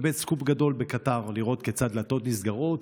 באמת סקופ גדול בקטאר לראות כיצד דלתות נסגרות,